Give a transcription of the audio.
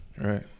right